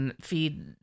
feed